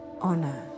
Honor